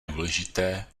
důležité